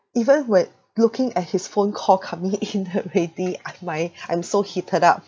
even when looking at his phone call coming in already I my I'm so heated up